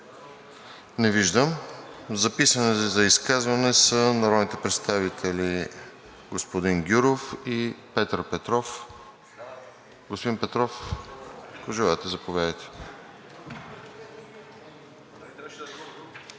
Не виждам. Записани за изказване са народните представители господин Гюров и Петър Петров. Господин Петров, ако желаете, заповядайте.